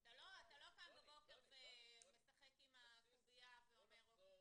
אתה לא קם בבוקר ומשחק עם ה- -- ואומר אוקיי.